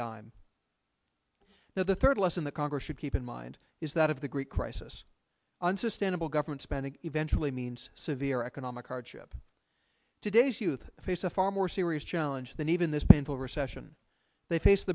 dime now the third lesson that congress should keep in mind is that of the greek crisis unsustainable government spending eventually means severe economic hardship today's youth face a far more serious challenge than even this painful recession they face